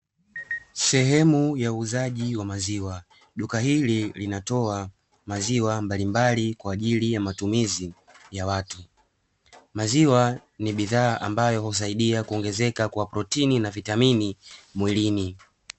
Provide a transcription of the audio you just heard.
Sehemu ya uuzaji wa maziwa, duka hili linatoa maziwa mbalimbali kwa ajili ya matumizi ya watu. Maziwa ni bidhaa ambayo husaidia kuongezeka kwa protini na vitamini mwilini.